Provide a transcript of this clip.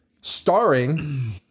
Starring